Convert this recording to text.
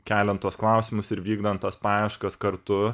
keliant tuos klausimus ir vykdant tas paieškas kartu